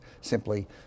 simply